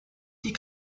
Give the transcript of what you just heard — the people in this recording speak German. die